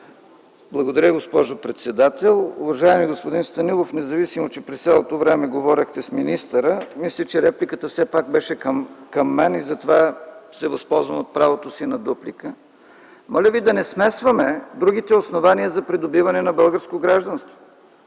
Благодаря, госпожо председател. Уважаеми господин Станилов, независимо че през цялото време говорехте с министър, мисля, че репликата все пак беше към мен. Затова се възползвам от правото си на дуплика. Моля Ви да не смесваме другите основания за придобиване на българско гражданство.